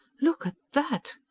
look at that!